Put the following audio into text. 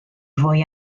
fwy